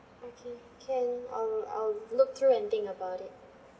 okay can I'll I'll look through and think about it